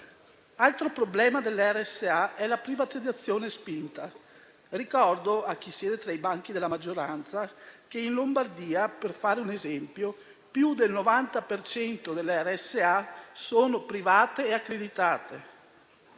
altro problema delle RSA è la privatizzazione spinta. Ricordo a chi siede tra i banchi della maggioranza che in Lombardia, per fare un esempio, più del 90 per cento delle RSA sono private e accreditate.